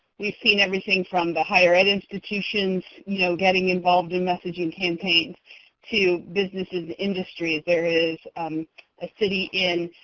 we've seen everything from the higher ed institutions you know getting involved in messaging campaigns to businesses, industries. there is a city in